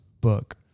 book